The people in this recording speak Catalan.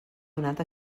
donat